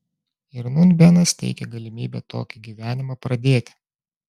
ir nūn benas teikia galimybę tokį gyvenimą pradėti